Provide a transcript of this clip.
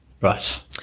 Right